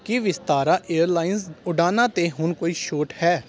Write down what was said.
ਕੀ Vistara airlines ਉਡਾਣਾਂ 'ਤੇ ਹੁਣ ਕੋਈ ਛੋਟ ਹੈ